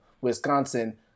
Wisconsin